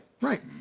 right